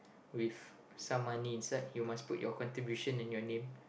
with some money inside you must put your contribution and your name